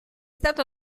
stato